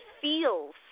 feels